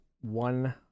one